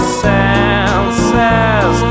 senses